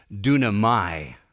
Dunamai